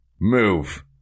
move